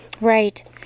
Right